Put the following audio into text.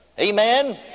Amen